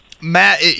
Matt